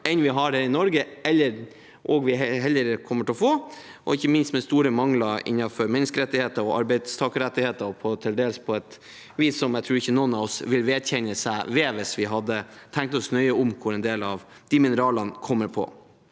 enn vi har i Norge – og som vi heller ikke kommer til å få – og ikke minst med store mangler innenfor menneskerettigheter og arbeidstakerrettigheter, til dels på et vis som jeg tror ingen av oss vil vedkjenne seg hvis vi hadde tenkt nøye over hvor en del av de mineralene kommer fra.